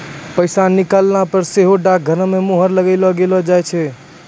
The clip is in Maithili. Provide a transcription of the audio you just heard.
पैसा निकालला पे सेहो डाकघरो के मुहर लगैलो जाय छै